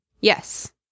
Yes